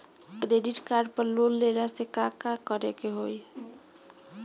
Credit card पर loan लेला से का का करे क होइ?